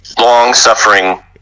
Long-suffering